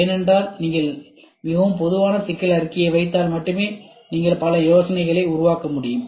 ஏனென்றால் நீங்கள் மிகவும் பொதுவான சிக்கல் அறிக்கையை வைத்தால் மட்டுமே நீங்கள் பல யோசனைகளை உருவாக்க முடியும்